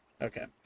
Okay